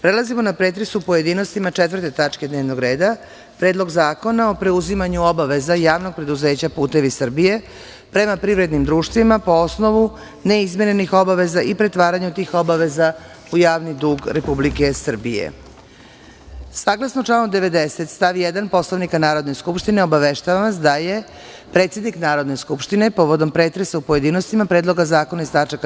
Prelazimo na pretres u pojedinostima 4. tačke dnevnog reda – PREDLOG ZAKONA O PREUZIMANjU OBAVEZA JAVNOG PREDUZEĆA "PUTEVI SRBIJE" PREMA PRIVREDNIM DRUŠTVIMA PO OSNOVU NEIZMIRENIH OBAVEZA I PRETVARANjU TIH OBAVEZA U JAVNI DUG REPUBLIKE SRBIJE Saglasno članu 90. stav 1. Poslovnika Narodne skupštine, obaveštavam vas da je predsednik Narodne skupštine povodom pretresa u pojedinostima predloga zakona iz tač.